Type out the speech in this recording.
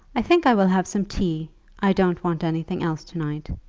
i think i will have some tea i don't want anything else to-night.